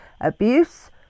abuse